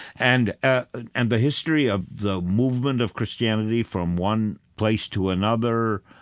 and and and the history of the movement of christianity from one place to another,